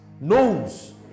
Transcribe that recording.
knows